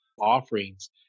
offerings